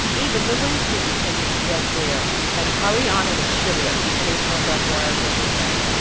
even the wind seemed to catch its breath there, and hurry on with a shiver that reached to the telegraph wires overhead.